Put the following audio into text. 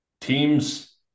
Teams